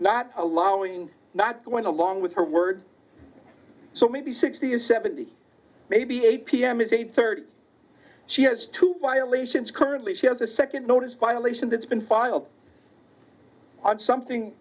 not allowing not going along with her words so maybe sixty in seventy maybe eight pm is a third she has to violations currently she has a second notice violation that's been filed on something